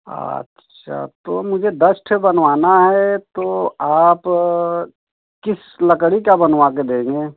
अच्छा तो मुझे दस ठो बनवाना है तो आप किस लकड़ी का बनवा के भेजें